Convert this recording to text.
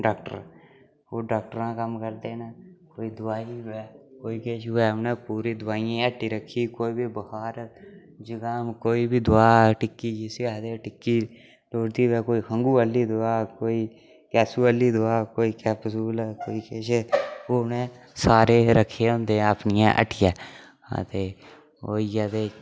doctor ओह् डाक्टरां दा कम्म करदे न कोई दवाई होऐ कोई केश होऐ उ'नें पूरी दवाइयें हट्टी रक्खी कोई बी बखार जकाम कोई बी दवा ऐ टिक्की जिसी आखदे टिक्की लोड़दी होऐ कोई खंघु आह्ली दवा कोई गैसु आह्ली दवा कोई कैप्सूल कोई किश ओह् उ'नें सारे ऐ रक्खे दे होंदे अपनी हट्टियै ते ओह् होई गेआ ते